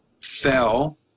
fell